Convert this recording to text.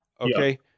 okay